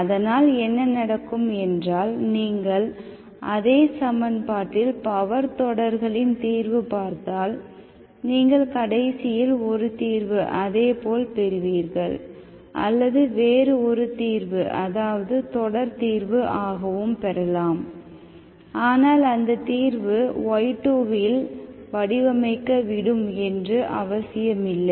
அதனால் என்ன நடக்கும் என்றால் நீங்கள் அதே சமன்பாட்டில் பவர் தொடர்களின் தீர்வு பார்த்தால் நீங்கள் கடைசியில் ஒரு தீர்வு அதேபோல் பெறுவீர்கள் அல்லது வேறு ஒரு தீர்வு அதாவது தொடர் தீர்வு ஆகவும் பெறலாம் ஆனால் அந்த தீர்வு y2இல் வடிவமைக்க விடும் என்று அவசியமில்லை